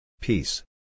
Peace